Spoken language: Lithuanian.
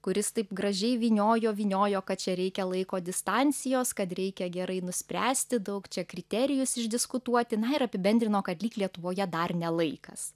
kuris taip gražiai vyniojo vyniojo kad čia reikia laiko distancijos kad reikia gerai nuspręsti daug čia kriterijus išdiskutuoti na ir apibendrino kad lyg lietuvoje dar ne laikas